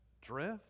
drift